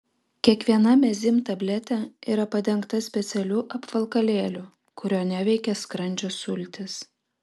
kiekviena mezym tabletė yra padengta specialiu apvalkalėliu kurio neveikia skrandžio sultys